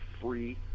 free